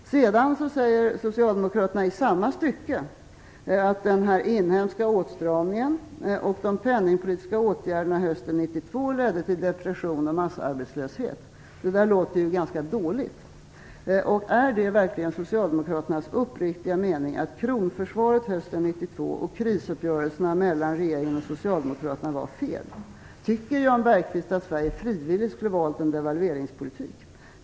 Sedan säger socialdemokraterna, i samma stycke, att den inhemska åtstramningen och de penningpolitiska åtgärderna hösten 1992 ledde till depression och massarbetslöshet. Det låter ju ganska dåligt. Är det verkligen socialdemokraternas uppriktiga mening att kronförsvaret hösten 1992 och krisuppgörelserna mellan regeringen och socialdemokraterna var fel? Tycker Jan Bergqvist att Sverige frivilligt skulle ha valt en devalveringspolitik?